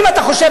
אם אתה חושב,